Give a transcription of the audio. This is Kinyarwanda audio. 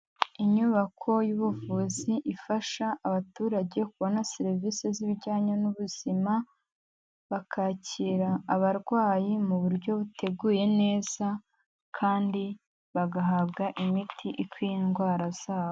Inyubako y'ubuvuzi ifasha abaturage kubona serivisi z'ibijyanye n'ubuzima, bakakira abarwayi mu buryo buteguye neza kandi bagahabwa imiti ikwiye indwara zabo.